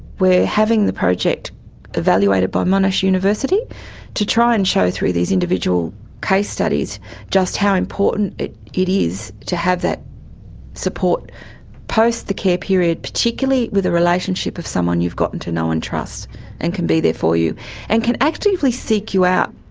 we're having the project evaluated by monash university to try and show through these individual case studies just how important it it is to have that support post the care period, particularly with a relationship of someone you've gotten to know and trust and can be there for you and can actively seek you out.